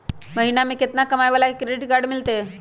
महीना में केतना कमाय वाला के क्रेडिट कार्ड मिलतै?